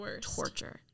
torture